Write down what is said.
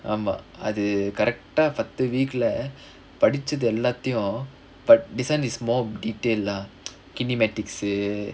ஆமா அது:aamaa athu correct ah பத்து:patthu week leh படிச்சது எல்லாத்தையும்:padichathu ellaathaiyum but this [one] is more detail lah kinematics